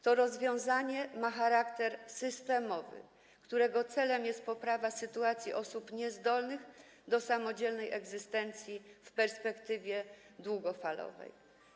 To rozwiązanie ma charakter systemowy, którego celem jest poprawa sytuacji osób niezdolnych do samodzielnej egzystencji w perspektywie długofalowej.